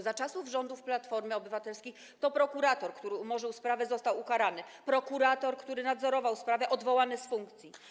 Za czasów rządów Platformy Obywatelskiej to prokurator, który umorzył sprawę, został ukarany, a prokurator, który nadzorował sprawę, odwołany z funkcji.